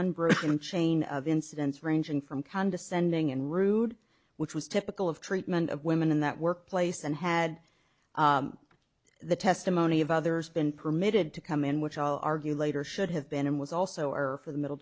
unbroken chain of incidents ranging from condescending and rude which was typical of treatment of women in that workplace and had the testimony of others been permitted to come in which i'll argue later should have been and was also or for the middle